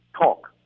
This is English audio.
talk